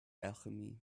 alchemy